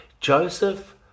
Joseph